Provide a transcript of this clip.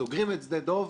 סוגרים את שדה דב,